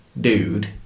dude